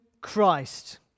Christ